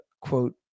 quote